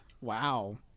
Wow